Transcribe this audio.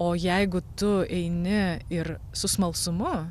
o jeigu tu eini ir su smalsumu